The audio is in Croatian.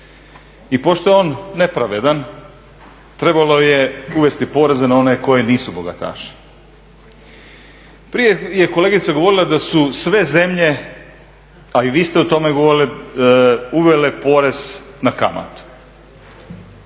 I pošto je on nepravedan trebalo je uvesti poreze na one koje nisu bogataši. Prije je kolegica govorila da su sve zemlje, a i vi ste o tome govorili uvele porez na kamatu.